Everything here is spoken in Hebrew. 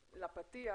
לפתיח.